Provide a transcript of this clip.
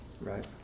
Right